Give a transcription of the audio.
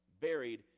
buried